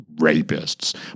rapists